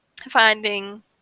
finding